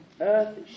Earth